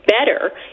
better